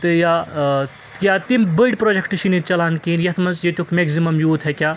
تہٕ یا ٲں یا تِم بٔڑۍ پرٛوجیٚکٹہٕ چھِنہٕ ییٚتہِ چَلان کیٚنٛہہ یَتھ مَنٛز ییٚتیٛک میٚگزِمم یوٗتھ ہیٚکہِ ہا